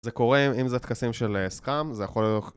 זה קורה אם זה הטקסים של סכם, זה יכול להיות...